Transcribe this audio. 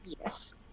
Yes